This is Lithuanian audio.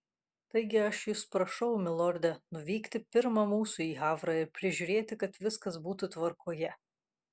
taigi aš jus prašau milorde nuvykti pirma mūsų į havrą ir prižiūrėti kad viskas būtų tvarkoje